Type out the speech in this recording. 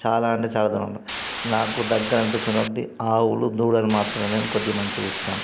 చాలా అంటే చాలా దూరంగా ఉంటాను నాకు దగ్గర అనిపించినప్పటి ఆవులు దూడలు మాత్రమే నేను కొద్దిగా మంచిగా చూస్తాను